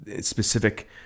specific